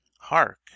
hark